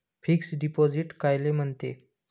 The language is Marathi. फिक्स डिपॉझिट कायले म्हनते?